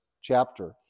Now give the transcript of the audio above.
chapter